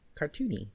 cartoony